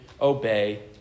obey